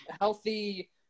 healthy